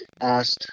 asked